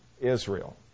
Israel